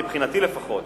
מבחינתי לפחות,